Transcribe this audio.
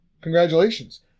Congratulations